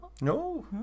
No